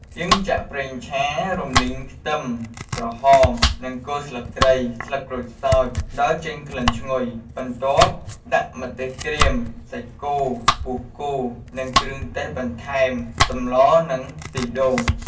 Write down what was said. យើងចាក់ប្រេងឆា រំលីងខ្ទឺម ក្រហម និងគល់ស្លឹកគ្រៃ ស្លឹកក្រូចសើច ដល់ចេញក្លិនឈ្ងុយ បន្ទាប់ដាក់ម្ទេសក្រៀម សាច់គោ ពោះគោ និងគ្រឿងទេស បន្ថែមសម្ល និងខ្ទះដូង។